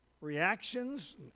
reactions